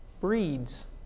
breeds